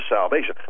salvation